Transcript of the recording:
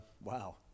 wow